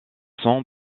sont